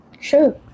Sure